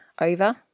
over